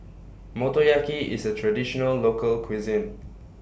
Motoyaki IS A Traditional Local Cuisine